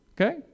Okay